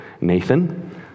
Nathan